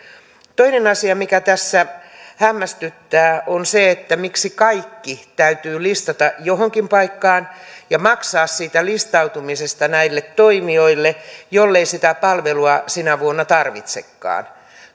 toinen asia mikä tässä hämmästyttää on se miksi kaikki täytyy listata johonkin paikkaan ja maksaa siitä listautumisesta näille toimijoille jollei sitä palvelua sinä vuonna tarvitsekaan